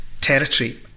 territory